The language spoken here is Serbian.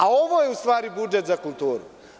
A ovo je u stvari budžet za kulturu.